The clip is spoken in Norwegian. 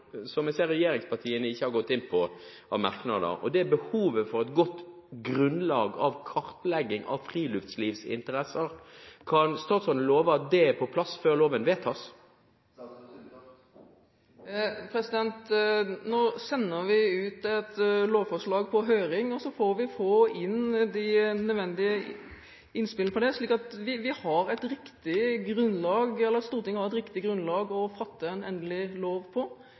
som jeg ser regjeringspartiene ikke har gått inn på i merknader. Det går på behovet for et godt grunnlag når det gjelder kartlegging av friluftslivsinteresser. Kan statsråden love at det er på plass før loven vedtas? Nå sender vi ut et lovforslag på høring, og så får vi få inn de nødvendige innspill på det, slik at Stortinget har et riktig grunnlag å vedta en endelig lov på. Vi har